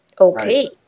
Okay